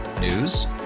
News